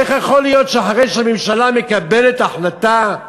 איך יכול להיות שאחרי שהממשלה מקבלת החלטה,